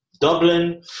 Dublin